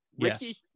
ricky